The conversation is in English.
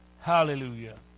Hallelujah